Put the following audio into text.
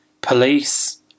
police